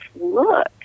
look